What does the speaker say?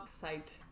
site